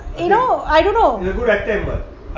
you know I don't know